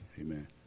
amen